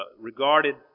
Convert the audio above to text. regarded